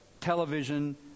television